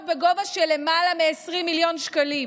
בגובה של למעלה מ-20 מיליון שקלים.